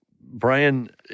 Brian